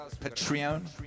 Patreon